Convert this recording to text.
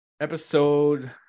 episode